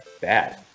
bad